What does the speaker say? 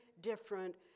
different